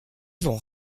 vont